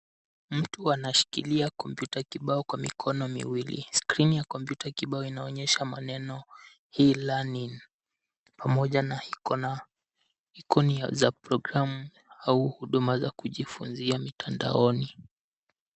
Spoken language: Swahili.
Mtu anashikilia kompyuta kibao kwa mikono miwili. Skrini ya kompyuta kibao inaonyesha maneno e learning pamoja na ikona, ikoni za programu au huduma za kujifunzia mitandaoni.